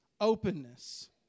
openness